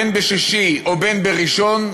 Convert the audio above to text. בין בשישי ובין בראשון,